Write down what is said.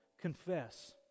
confess